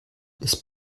ist